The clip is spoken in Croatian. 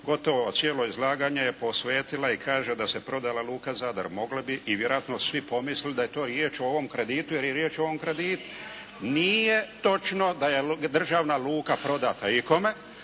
gotovo cijelo izlaganje je posvetila i kaže da se prodala luka Zadar. Mogla bi i vjerojatno su svi pomislili da je riječ o ovom kreditu, jer je riječ o ovom kreditu. Nije točno da je državna luka prodata i kome.